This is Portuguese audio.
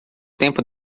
tempo